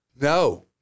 No